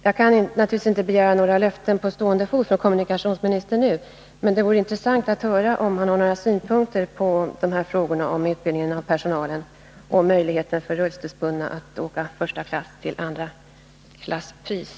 Jag kan naturligtvis inte begära att kommunikationsministern nu på stående fot skall avge några löften, men det vore intressant att höra om han har några synpunkter på frågorna om utbildning av personalen och möjligheterna för rullstolsbundna att åka första klass till andraklasspris.